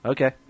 Okay